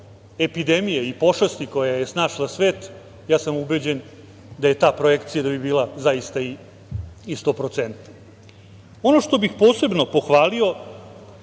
epidemije i pošasti koje je snašla svet, ja sam bio ubeđen da bi ta projekcija bila zaista 100%.Ono što bih posebno pohvalio